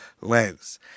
lens